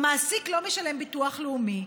והמעסיק אינו משלם ביטוח לאומי.